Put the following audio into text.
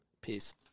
Peace